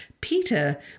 Peter